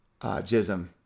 Jism